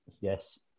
Yes